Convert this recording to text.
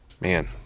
man